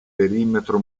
perimetro